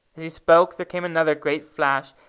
as he spoke there came another great flash,